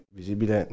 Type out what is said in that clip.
visibile